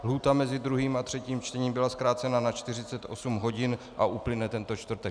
Lhůta mezi druhým a třetím čtením byla zkrácena na 48 hodin a uplyne tento čtvrtek.